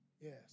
Yes